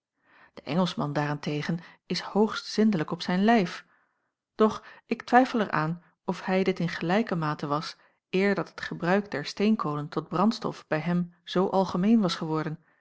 de engelschman daar-en-tegen is hoogst zindelijk op zijn lijf doch ik twijfel er aan of hij dit in gelijke mate was eer dat het gebruik der steenkolen tot brandstof bij hem zoo algemeen was geworden